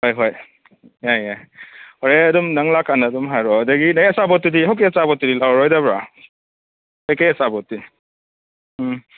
ꯍꯣꯏꯍꯣꯏ ꯌꯥꯏ ꯌꯥꯏ ꯍꯣꯔꯦꯟ ꯑꯗꯨꯝ ꯅꯪ ꯂꯥꯛꯀꯥꯟꯗ ꯑꯗꯨꯝ ꯍꯥꯏꯔꯛꯑꯣ ꯑꯗꯒꯤ ꯅꯣꯏ ꯑꯆꯥꯥꯄꯣꯠꯇꯨꯗꯤ ꯍꯧꯖꯤꯛꯀꯤ ꯑꯆꯥꯄꯣꯠꯇꯨꯗꯤ ꯂꯧꯔꯔꯣꯏꯗꯕ꯭ꯔꯥ ꯀꯩꯀꯩ ꯑꯆꯥꯄꯣꯠꯇꯤ ꯎꯝ